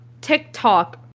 TikTok